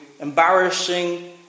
embarrassing